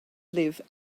live